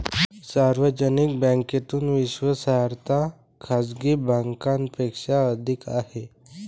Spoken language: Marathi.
सार्वजनिक बँकेची विश्वासार्हता खाजगी बँकांपेक्षा अधिक आहे